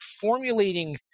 formulating